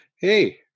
Hey